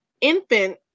infant